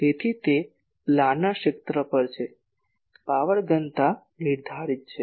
તેથી તે પ્લાનર ક્ષેત્ર પર છે પાવર ઘનતા નિર્ધારિત છે